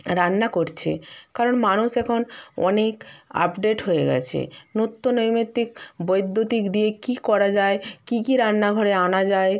রান্না করছে কারণ মানুষ এখন অনেক আপডেট হয়ে গেছে নিত্য নৈমিত্তিক বৈদ্যুতিক দিয়ে কী করা যায় কী কী রান্নাঘরে আনা যায়